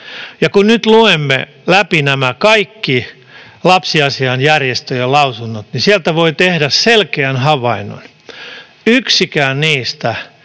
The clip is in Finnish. Kun nyt luemme läpi nämä kaikki lapsiasiainjärjestöjen lausunnot, sieltä voi tehdä selkeän havainnon: yksikään niistä